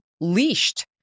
leashed